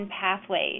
pathways